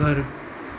घरु